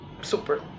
super